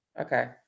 Okay